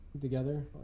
together